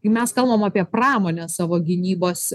kai mes kalbam apie pramonės savo gynybos